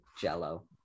jello